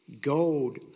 Gold